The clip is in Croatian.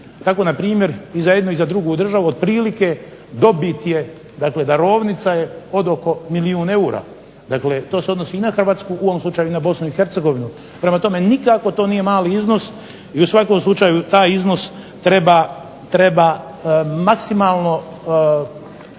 Tako npr. i za jednu i za drugu državu otprilike dobit je, dakle darovnica je od oko milijun eura. Dakle to se odnosi i na Hrvatsku, u ovom slučaju i na Bosnu i Hercegovinu. Prema tome, nikako to nije mali iznos i u svakom slučaju taj iznos treba maksimalno,